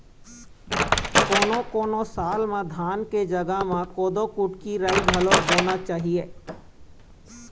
कोनों कोनों साल म धान के जघा म कोदो, कुटकी, राई घलोक बोना चाही